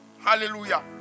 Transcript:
Hallelujah